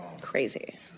crazy